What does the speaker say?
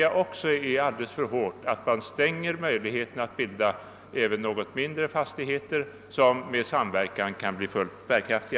Jag finner det alldeles för hårt att man stänger möjligheten att bilda även något mindre fastigheter, som med samverkan kan bli fullt bärkraftiga.